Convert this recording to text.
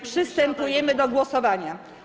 Przystępujemy do głosowania.